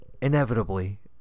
inevitably